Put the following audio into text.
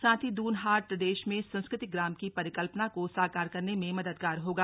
साथ ही दून हाट प्रदेश में संस्कृति ग्राम की परिकल्पना को साकार करने में मददगार होगा